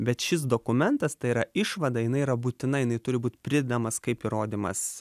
bet šis dokumentas tai yra išvada jinai yra būtina jinai turi būt pridedamas kaip įrodymas